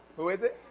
who is it?